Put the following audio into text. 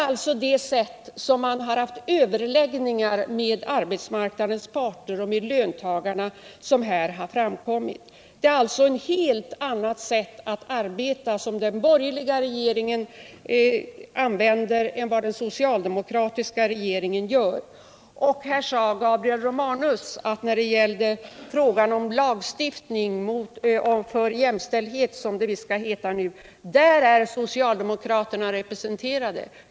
Det är på det sättet man har haft överläggningar med arbetsmarknadens parter och löntagarna! Den borgerliga regeringen har arbetat på ett helt annat sätt än vad den socialdemokratiska regeringen gjorde. Sedan sade Gabriel Romanus att när det gällde frågan om lagstiftning för jämställdhet är socialdemokraterna representerade.